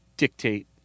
dictate